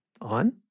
on